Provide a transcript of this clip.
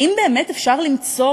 האם באמת אפשר למצוא,